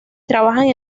trabajan